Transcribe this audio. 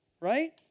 right